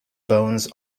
bones